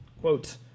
quote